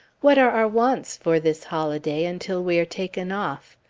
what are our wants for this holiday until we are taken off?